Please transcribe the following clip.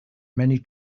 many